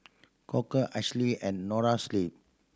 Koka Asahi and Noa Sleep